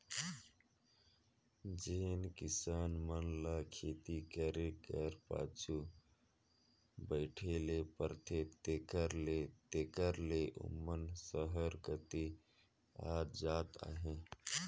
जेन किसान मन ल खेती करे कर पाछू बइठे ले परथे तेकर ले तेकर ले ओमन सहर कती आत जात अहें